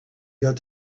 got